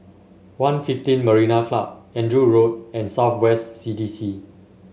One fifteen Marina Club Andrew Road and South West C D C